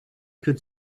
could